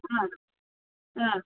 ஆ ஆ